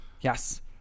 yes